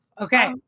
Okay